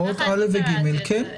א' ו-ג' כן.